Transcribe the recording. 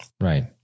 Right